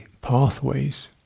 pathways